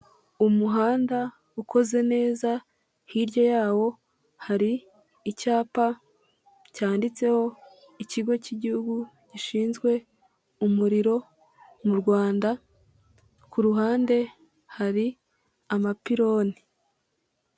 Umuhanda ukoze neza hirya yawo hari icyapa cyanditseho ikigo cy'igihugu gishinzwe umuriro mu Rwanda, ku ruhande hari amapironi.